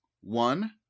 One